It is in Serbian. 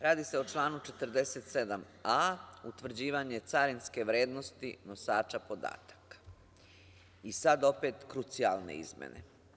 Radi se o članu 47a – utvrđivanje carinske vrednosti nosača podataka, i sad opet krucijalne izmene.